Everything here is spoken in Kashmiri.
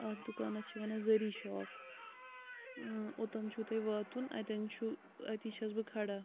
اَتھ دُکانَس چھِ وَنان ذٔری شاپ اوٚتَن چھُو تۄہہِ واتُن اَتیٚن چھُو اَتی چھیٚس بہٕ کھڑا